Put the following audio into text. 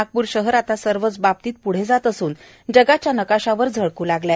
नागपूर शहर आता सर्वच बाबतीत पूढे जात असून जगाच्या नकाशावर झळक् लागले आहे